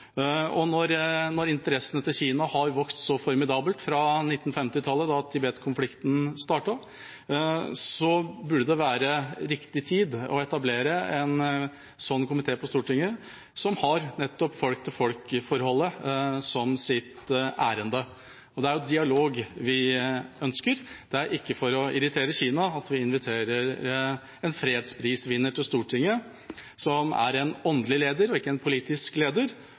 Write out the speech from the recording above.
Og når interessene til Kina har vokst så formidabelt fra 1950-tallet, da Tibet-konflikten startet, burde det være riktig tidspunkt å etablere en slik komité på Stortinget, som har nettopp folk-til-folk-forholdet som sitt ærend. Og det er jo dialog vi ønsker. Det er ikke for å irritere Kina at vi inviterer en fredsprisvinner til Stortinget, som er en åndelig leder og ikke en politisk leder.